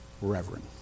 reverend